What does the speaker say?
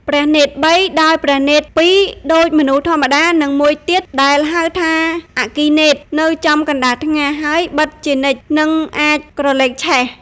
ព្រះនេត្រ៣ ដោយព្រះនេត្រ ២ ដូចមនុស្សធម្មតា និង ១ ទៀតដែលហៅថាអគ្គីនេត្រ នៅចំកណ្តាលថ្ងាស ហើយបិទជានិច្ច និងអាចក្រឡេកឆេះ។